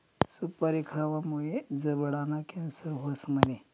सुपारी खावामुये जबडाना कॅन्सर व्हस म्हणे?